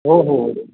हो हो